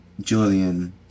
Julian